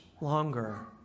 longer